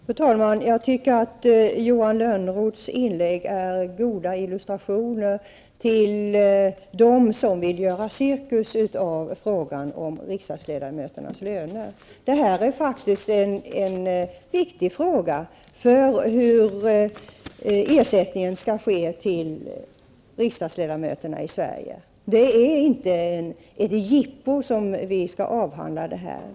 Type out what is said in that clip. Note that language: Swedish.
Fru talman! Jag tycker att Johan Lönnroths inlägg är goda illustrationer till att det finns de som vill göra cirkus av frågan om riksdagsledamöternas löner. Hur ersättningen skall ske till riksdagsledamöterna i Sverige är faktiskt en viktig fråga. Det är inte ett jippo när vi skall avhandla den saken.